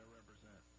represent